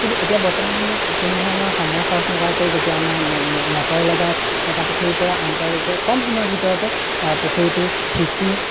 কিন্তু এতিয়া বৰ্তমান সময়ত কোনো ধৰণৰ সময় খৰচ নকৰাকৈ যেতিয়া আমাৰ ম ম মটৰ লগায় এটা পুখুৰী পৰা আন এটা লৈকে কম সময়ৰ ভিতৰতে পুখুৰীটো সিঁচি